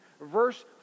Verse